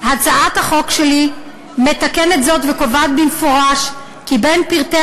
הצעת החוק שלי מתקנת זאת וקובעת במפורש כי בין פרטי